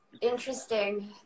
interesting